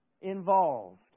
involved